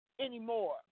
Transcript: anymore